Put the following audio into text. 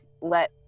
let